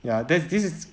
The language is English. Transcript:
ya there's this